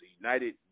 United